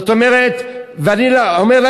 אני אומר,